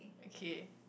okay